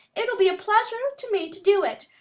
it'll be a pleasure to me to do it.